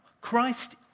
Christ